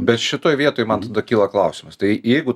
bet šitoj vietoj man tada kyla klausimas tai jeigu